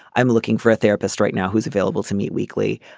i'm looking for a therapist right now who's available to meet weekly.